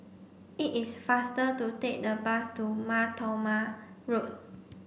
it is faster to take the bus to Mar Thoma Road